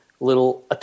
little